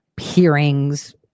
hearings